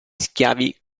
schiavi